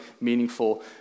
meaningful